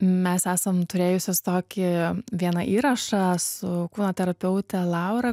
mes esam turėjusios tokį vieną įrašą su kūno terapeute laura